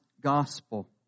gospel